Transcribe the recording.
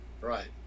Right